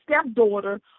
stepdaughter